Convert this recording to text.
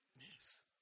Yes